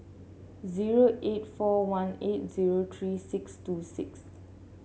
zero eight four one eight zero three six two six